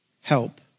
help